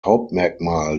hauptmerkmal